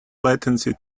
latency